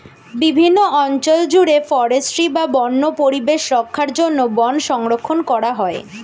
বিভিন্ন অঞ্চল জুড়ে ফরেস্ট্রি বা বন্য পরিবেশ রক্ষার জন্য বন সংরক্ষণ করা হয়